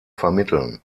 vermitteln